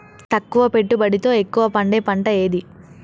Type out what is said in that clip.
తక్కువ పెట్టుబడితో ఎక్కువగా పండే పంట ఏది?